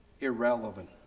irrelevant